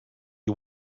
you